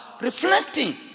reflecting